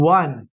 one